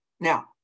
Now